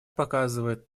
показывает